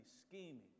scheming